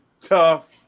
tough